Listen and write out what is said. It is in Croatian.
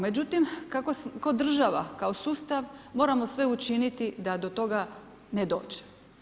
Međutim kao država, kao sustav, moramo sve učiniti da do toga ne dođe.